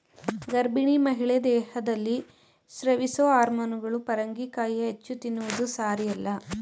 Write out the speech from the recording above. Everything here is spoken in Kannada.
ಗರ್ಭಿಣಿ ಮಹಿಳೆ ದೇಹದಲ್ಲಿ ಸ್ರವಿಸೊ ಹಾರ್ಮೋನುಗಳು ಪರಂಗಿಕಾಯಿಯ ಹೆಚ್ಚು ತಿನ್ನುವುದು ಸಾರಿಯಲ್ಲ